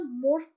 more